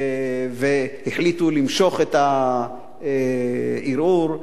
והחליטו למשוך את הערעור,